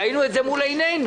ראינו את זה מול עינינו.